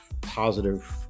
positive